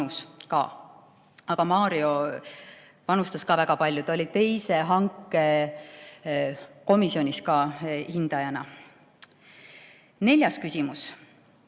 Aga Mario panustas ka väga palju, ta oli teise hanke komisjonis ka hindajana. Neljas küsimus.